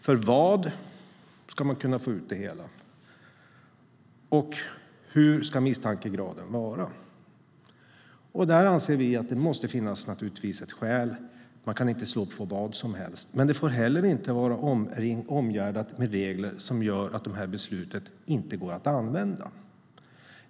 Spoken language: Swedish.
För vad ska man kunna få ut dem, och hur hög ska misstankegraden vara? Vi anser att det måste finnas ett skäl. Man kan inte slå på vad som helst. Men det får heller inte vara omgärdat av regler som gör att de här besluten inte går att använda.